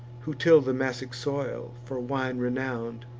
who till the massic soil, for wine renown'd,